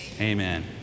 Amen